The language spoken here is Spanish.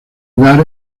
lugar